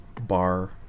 bar